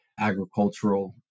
agricultural